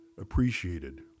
appreciated